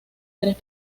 tres